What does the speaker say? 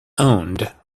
owned